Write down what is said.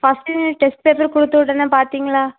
first unit test paper கொடுத்துவுட்டேனே பார்த்திங்களா